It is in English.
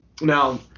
now –